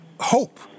hope